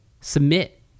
submit